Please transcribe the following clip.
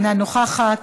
אינה נוכחת,